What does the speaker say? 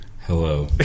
Hello